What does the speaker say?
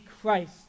Christ